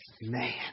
Man